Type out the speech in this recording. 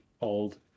old